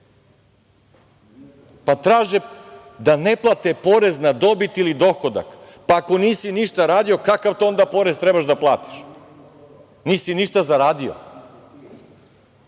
pa traže da ne plate porez na dobit ili dohodak. Ako nisi ništa radio, kakav to onda porez treba da platiš, nisi ništa zaradio?